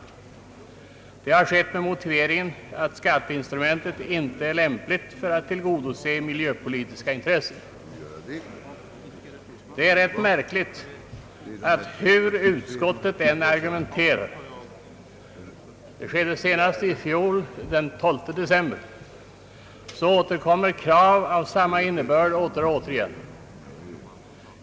Det har skett med motiveringen att skatteinstrumentet inte är lämpligt, när det gäller att tillgodose miljöpolitiska intressen. Det är rätt märkligt att hur utskottet än argumenterar — det skedde senast den 12 december i fjol — så återkommer krav med samma innebörd åter och åter igen.